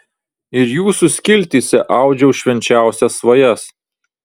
ir jūsų skiltyse audžiau švenčiausias svajas